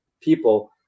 people